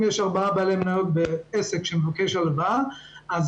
אם יש ארבעה בעלי מניות בעסק שמבקש הלוואה אז